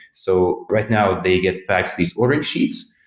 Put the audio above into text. so, right now, they get faxed these order sheets.